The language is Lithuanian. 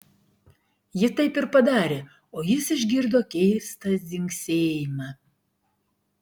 ji taip ir padarė o jis išgirdo keistą dzingsėjimą